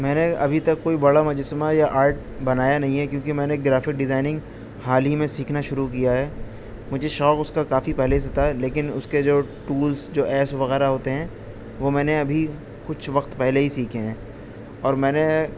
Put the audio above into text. میں نے ابھی تک کوئی بڑا مجسمہ یا آرٹ بنایا نہیں ہے کیونکہ میں نے گرافک ڈیزائنگ حال ہی میں سیکھنا شروع کیا ہے مجھے شوق اس کا کافی پہلے سے تھا لیکن اس کے جو ٹولس جو ایپس وغیرہ ہوتے ہیں وہ میں نے ابھی کچھ وقت پہلے ہی سیکھے ہیں اور میں نے